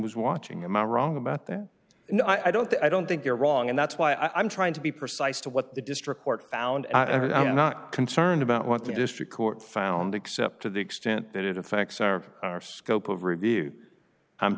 was watching i'm wrong about that no i don't i don't think you're wrong and that's why i'm trying to be precise to what the district court found and i'm not concerned about what the district court found except to the extent that it affects our scope of review i'm